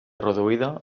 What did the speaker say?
reduïda